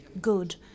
good